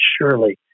surely